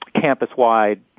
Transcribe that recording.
campus-wide